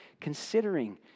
considering